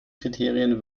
kriterien